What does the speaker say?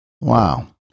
Wow